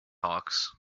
hawks